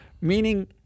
meaning